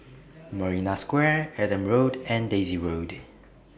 Marina Square Adam Road and Daisy Road